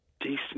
decent